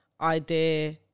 idea